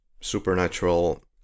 supernatural